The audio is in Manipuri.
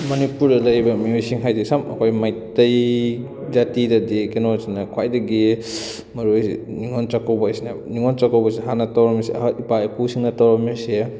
ꯃꯅꯤꯄꯨꯔꯗ ꯂꯩꯔꯤꯕ ꯃꯤꯑꯣꯏꯁꯤꯡ ꯍꯥꯏꯗꯤ ꯁꯨꯝ ꯑꯩꯈꯣꯏ ꯃꯩꯇꯩ ꯖꯥꯇꯤꯗꯗꯤ ꯀꯩꯅꯣꯁꯤꯅ ꯈ꯭ꯋꯥꯏꯗꯒꯤ ꯃꯔꯨ ꯑꯣꯏꯔꯤꯁꯤ ꯅꯤꯡꯉꯣꯜ ꯆꯥꯛꯀꯧꯕ ꯍꯥꯏꯁꯤꯅ ꯅꯤꯡꯉꯣꯜ ꯆꯥꯛꯀꯧꯕꯁꯤ ꯍꯥꯟꯅ ꯇꯧꯔꯝꯃꯤꯁꯤ ꯑꯩꯈꯣꯏ ꯏꯄꯥ ꯏꯄꯨꯁꯤꯡꯅ ꯇꯧꯔꯝꯃꯤꯁꯤ